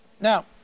Now